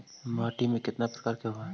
माटी में कितना प्रकार के होते हैं?